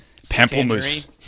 Pamplemousse